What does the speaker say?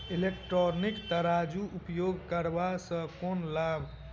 Electronic तराजू उपयोग करबा सऽ केँ लाभ?